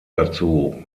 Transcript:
dazu